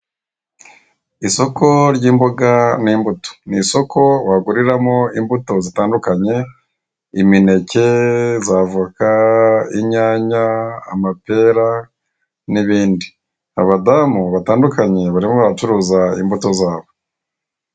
Isoko ry'imboga n'imbuto. Ni isoko waguriramo imbuto zitandukanye; imineke, za voka, inyanya, amapera, n'ibindi. Abadamu batandukanye barimo baracuruza imbuto zabo.